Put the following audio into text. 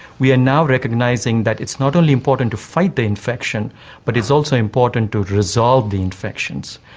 we are now recognising that it's not only important to fight the infection but it's also important to resolve the infections.